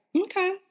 Okay